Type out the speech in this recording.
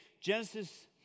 Genesis